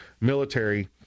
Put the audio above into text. military